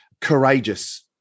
Courageous